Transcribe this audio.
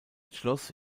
schloss